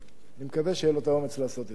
אני מקווה שיהיה לו האומץ לעשות את זה.